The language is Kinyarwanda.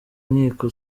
inkiko